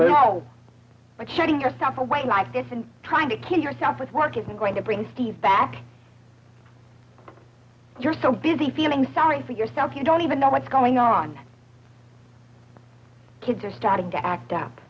label shutting yourself away like this and trying to kill yourself with work isn't going to bring steve back you're so busy feeling sorry for yourself you don't even know what's going on kids are starting to act